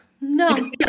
No